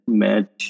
match